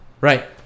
right